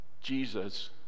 Jesus